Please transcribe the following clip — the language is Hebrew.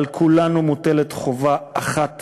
על כולנו מוטלת חובה אחת